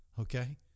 okay